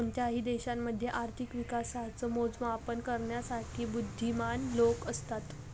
कोणत्याही देशामध्ये आर्थिक विकासाच मोजमाप करण्यासाठी बुध्दीमान लोक असतात